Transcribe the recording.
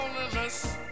loneliness